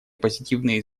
позитивные